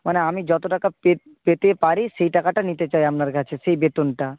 মানে আমি যত টাকা পে পেতে পারি সেই টাকাটা নিতে চাই আপনার কাছে সেই বেতনটা